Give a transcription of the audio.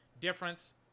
difference